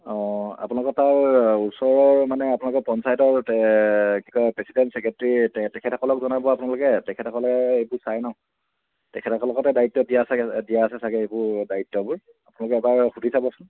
অঁ আপোনালোকৰ তাৰ ওচৰৰ মানে আপোনালোকৰ পঞ্চায়তৰ কি কয় প্ৰেচিডেণ্ট ছেক্ৰেটেৰী তেখেতসকলক জনাব আপোনালোকে তেখেতসকলে এইবোৰ চাই ন তেখেতসকলৰ লগতে দায়িত্ব দিয়া চাগৈ দিয়া আছে চাগৈ এইবোৰ দায়িত্ববোৰ আপোনালোকে এবাৰ সুধি চাবচোন